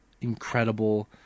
incredible